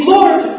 Lord